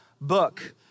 book